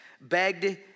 begged